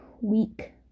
week